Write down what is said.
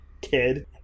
kid